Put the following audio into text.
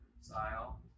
style